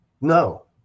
No